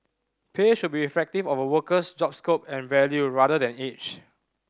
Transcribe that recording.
pay should be reflective of a worker's job scope and value rather than age